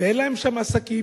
ואין להם שם עסקים,